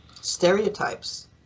stereotypes